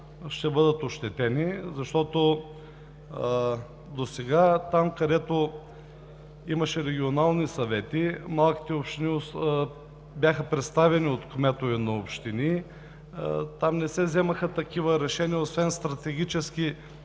ще бъдат ощетени, защото досега там, където имаше регионални съвети, малките общини бяха представени от кметове на общини, там не се вземаха такива решения, освен стратегически планирания,